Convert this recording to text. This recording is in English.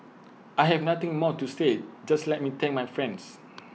I have nothing more to say just let me thank my friends